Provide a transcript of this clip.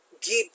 give